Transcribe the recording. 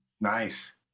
nice